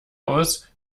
aus